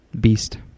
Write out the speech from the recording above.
Beast